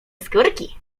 skórki